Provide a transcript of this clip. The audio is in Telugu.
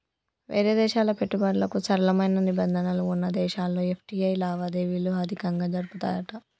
వేరే దేశాల పెట్టుబడులకు సరళమైన నిబంధనలు వున్న దేశాల్లో ఎఫ్.టి.ఐ లావాదేవీలు అధికంగా జరుపుతాయట